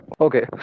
Okay